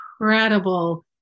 incredible